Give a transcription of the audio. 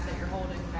you're holding